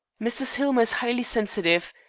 mrs. hillmer is highly sensitive.